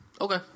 Okay